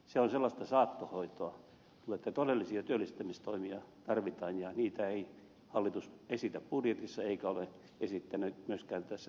se on sellaista saattohoitoa vaikka todellisia työllistämistoimia tarvitaan ja niitä ei hallitus esitä budjetissa eikä ole esittänyt myöskään tässä telakkakriisissä